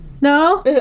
No